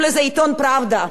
והוא נמצא ברוסיה,